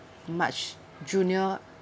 much junior